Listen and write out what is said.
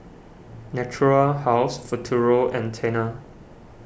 Natura House Futuro and Tena